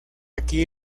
aquí